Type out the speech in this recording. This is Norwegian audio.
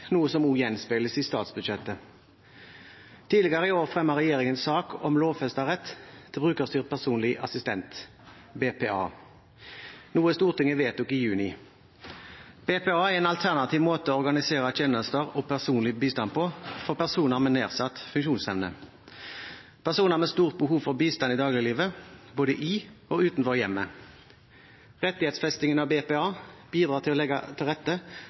noe som også gjenspeiles i statsbudsjettet. Tidligere i år fremmet regjeringen en sak om lovfestet rett til brukerstyrt personlig assistanse, BPA, noe Stortinget vedtok i juni. BPA er en alternativ måte å organisere tjenester og personlig bistand på for personer med nedsatt funksjonsevne, personer med stort behov for bistand i dagliglivet, både i og utenfor hjemmet. Rettighetsfestingen av BPA bidrar til å legge til rette